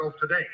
today